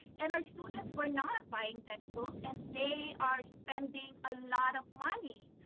and our students were not buying textbook and they are spending a lot of money